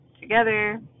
together